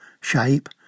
shape